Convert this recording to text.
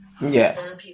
yes